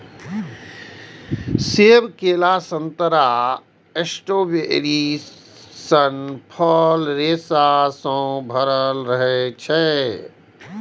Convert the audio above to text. सेब, केला, संतरा, स्ट्रॉबेरी सन फल रेशा सं भरल रहै छै